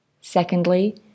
Secondly